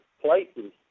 places